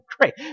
great